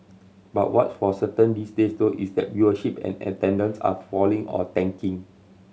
but what's for certain these days though is that viewership and attendance are falling or tanking